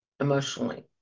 emotionally